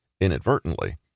inadvertently